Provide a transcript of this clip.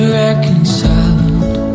reconciled